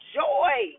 joy